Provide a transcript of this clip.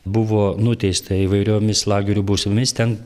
buvo nuteista įvairiomis lagerių bausmėmis ten